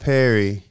Perry